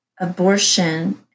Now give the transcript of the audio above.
abortion